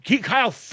Kyle